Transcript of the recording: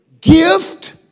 gift